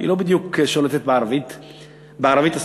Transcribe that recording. היא לא בדיוק שולטת בערבית הספרותית.